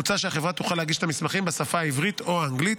מוצע שהחברה תוכל להגיש את המסמכים בשפה העברית או באנגלית.